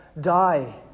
die